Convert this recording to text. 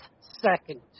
second